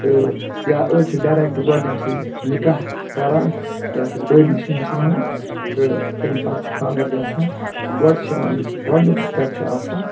تہٕ یا أڑۍ چھِ ڈایرٮ۪کٹ گۄڈنٮ۪تھٕے نِکاح کَران یَتھ أسۍ بٔڑۍ نِشٲنۍ چھِ وَنان تہٕ تمہِ پَتہٕ چھِ خاندَر گژھان تہٕ گۄڈٕ چھِ یِوان یُس یہِ گۄڈنیُک سٕٹٮ۪پ چھِ آسان